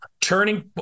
turning